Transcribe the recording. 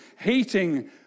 hating